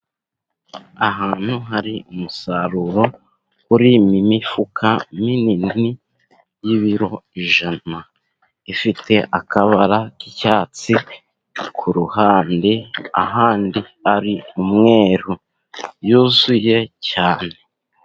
Ahantu hari umusaruro uri mu mifuka minini y'ibiro ijana. Ifite akabara k'icyatsi ku ruhande, ahandi hari umweru yuzuye cyane.